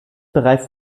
bereits